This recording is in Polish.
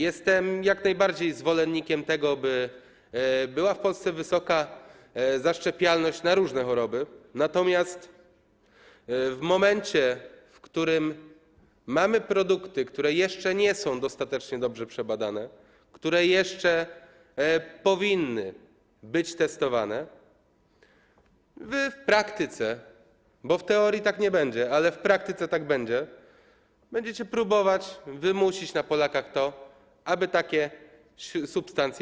Jestem jak najbardziej zwolennikiem tego, by w Polsce była wysoka zaszczepialność na różne choroby, natomiast w momencie gdy mamy produkty, które jeszcze nie są dostatecznie dobrze przebadane, które jeszcze powinny być testowane, wy w praktyce - bo w teorii tak nie będzie, ale w praktyce tak będzie - będziecie próbować wymusić na Polakach to, aby przyjmowali takie substancje.